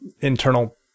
internal